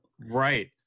right